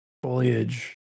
Foliage